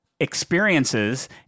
Experiences